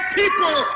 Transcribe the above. people